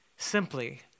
simply